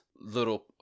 little